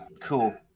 Cool